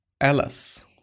Alice